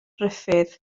ruffydd